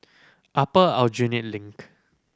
Upper Aljunied Link